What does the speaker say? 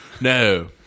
No